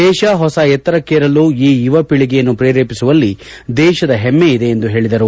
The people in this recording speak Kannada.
ದೇಶ ಹೊಸ ಎತ್ತರಕ್ಕೇರಲು ಈ ಯುವ ಪೀಳಿಗೆಯನ್ನು ಪ್ರೇರೇಪಿಸುವಲ್ಲಿ ದೇಶದ ಹೆಮೈಯಿದೆ ಎಂದು ತಿಳಿಸಿದರು